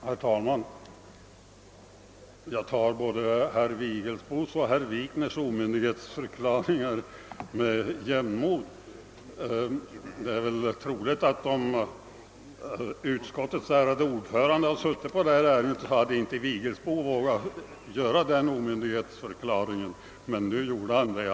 Herr talman! Jag tar herr Vigelsbos och herr Wikners omyndigförklaringar med jämnmod. Det är troligt att om utskottets ärade ordförande hade lett behandlingen av det här ärendet, så hade herr Vigelsbo inte vågat sig på någon omyndigförklaring. Så till saken!